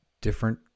different